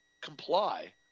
comply